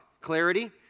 Clarity